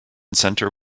center